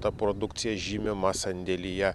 ta produkcija žymima sandėlyje